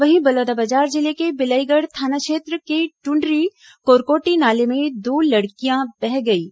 वहीं बलौदाबाजार जिले के बिलाईगढ़ थाना क्षेत्र के दुंडरी कोरकोटी नाले में दो लड़कियां बह गईं